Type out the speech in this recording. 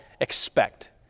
Expect